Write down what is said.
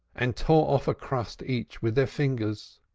and tore off a crust each with their fingers.